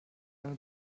eine